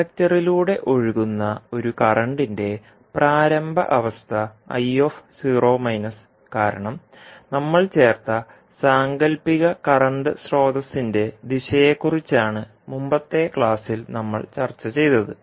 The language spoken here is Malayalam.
ഇൻഡക്റ്ററിലൂടെ ഒഴുകുന്ന ഒരു കറൻറിന്റെ പ്രാരംഭ അവസ്ഥ കാരണം നമ്മൾ ചേർത്ത സാങ്കൽപ്പിക കറന്റ് സ്രോതസ്സിന്റെ ദിശയെക്കുറിച്ചാണ് മുമ്പത്തെ ക്ലാസ്സിൽ നമ്മൾ ചർച്ചചെയ്തത്